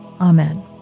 Amen